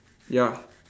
ya